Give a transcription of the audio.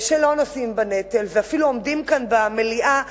שלא נושאים בנטל ואפילו עומדים כאן במליאה ויוצאים,